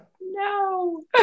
No